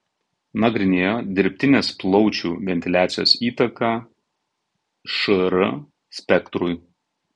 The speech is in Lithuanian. nagrinėjo dirbtinės plaučių ventiliacijos įtaką šr spektrui